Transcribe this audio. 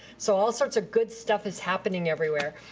so all sorts of good stuff is happening everywhere.